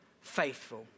faithful